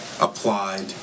applied